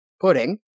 pudding